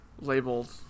Labeled